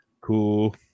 cool